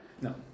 No